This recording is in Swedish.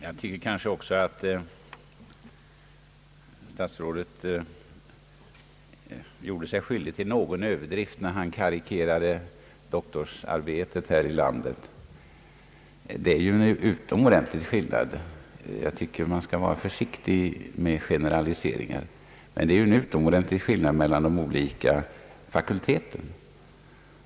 Herr talman! Jag tycker också att statsrådet gjorde sig skyldig till en viss överdrift när han karikerade arbetet med doktorsavhandlingarna här i landet. Man skall vara försiktig med generaliseringar. Det är en mycket stor skillnad mellan de olika fakulteterna.